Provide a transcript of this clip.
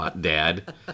dad